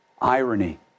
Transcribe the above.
Irony